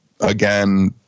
Again